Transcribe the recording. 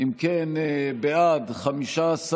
אם כן, בעד, 15,